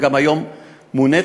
וגם היום מונית,